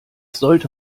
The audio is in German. sollte